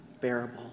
bearable